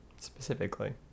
specifically